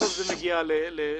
בסוף זה מגיע לפתחכם.